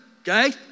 okay